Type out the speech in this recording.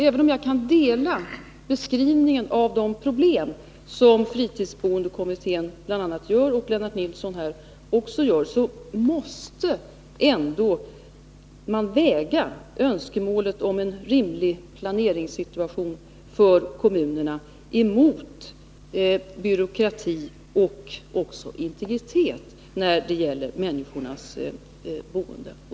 Även om jag kan instämma i den beskrivning av problemen som fritidsboendekommittén och här också Lennart Nilsson gör, så anser jag att man måste väga önskemålet om en rimlig planeringssituation för kommunerna emot byråkrati och även integritet när det gäller människornas boende.